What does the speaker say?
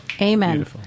Amen